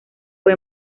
fue